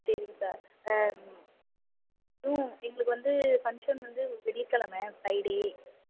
சரிங்க சார் ம் எங்களுக்கு வந்து ஃபங்க்ஷன் வந்து வெள்ளிக்கிழம ஃப்ரைடே